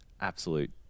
absolute